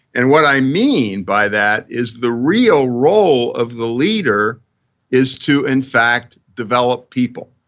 and what i mean by that is the real role of the leader is to, in fact, develop people.